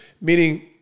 meaning